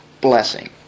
blessing